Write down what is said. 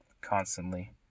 constantly